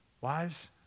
Wives